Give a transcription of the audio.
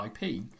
IP